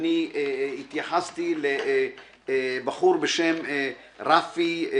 התייחסתי לבחור בשם רפי דיין,